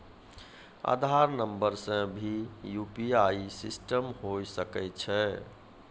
आधार नंबर से भी यु.पी.आई सिस्टम होय सकैय छै?